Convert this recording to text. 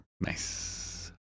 Nice